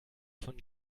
von